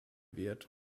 wird